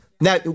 Now